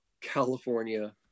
California